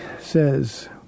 says